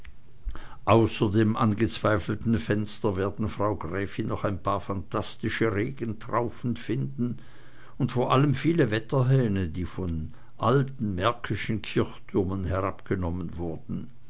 dem angezweifelten fenster werden frau gräfin noch ein paar phantastische regentraufen finden und vor allem viele wetterhähne die von alten märkischen kirchtürmen herabgenommen wurden